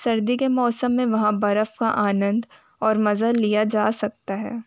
सर्दी के मौसम में वहाँ बर्फ़ का आनंद और मज़ा लिया जा सकता है